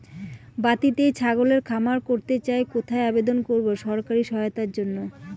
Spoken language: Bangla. বাতিতেই ছাগলের খামার করতে চাই কোথায় আবেদন করব সরকারি সহায়তার জন্য?